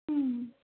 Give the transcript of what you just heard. ம்